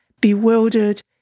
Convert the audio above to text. bewildered